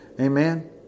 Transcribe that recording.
Amen